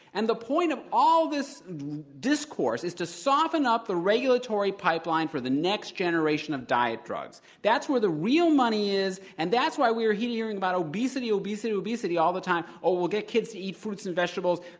and the point of all this discourse is to soften up the regulatory pipeline for the next generation of diet drugs. that's where the real money is, and that's why we're hearing about obesity, obesity, obesity all the time. oh, we'll get kids to eat fruits and vegetables.